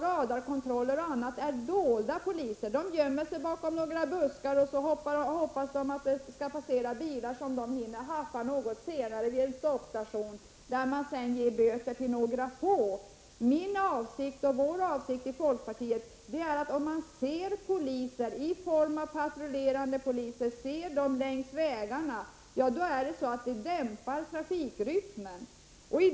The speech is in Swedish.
Radarkontroller innebär att man har dolda poliser. De gömmer sig bakom några buskar och hoppas att det skall passera bilister som det går att haffa vid en stoppstation längre fram, där man sedan ger böter till några få. Min och folkpartiets uppfattning är att om trafikanterna ser poliser som patrullerar längs vägarna, dämpas trafikrytmen.